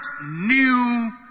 new